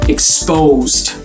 Exposed